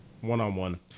one-on-one